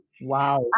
wow